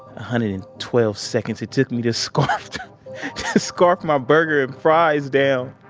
hundred and twelve seconds it took me to scarf to scarf my burger and fries down.